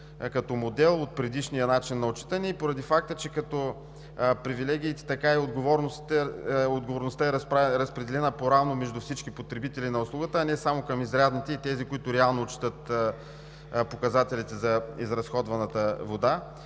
като модел от предишния начин на отчитане и поради факта, че както привилегиите, така и отговорността е разпределена по равно между всички потребители на услугата, а не само към изрядните и тези, които реално отчитат показателите за изразходваната вода.